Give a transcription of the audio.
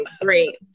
Great